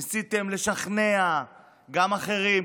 ניסיתם לשכנע גם אחרים,